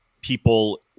people